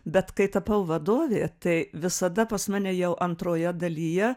bet kai tapau vadovė tai visada pas mane jau antroje dalyje